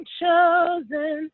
chosen